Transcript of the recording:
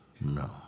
No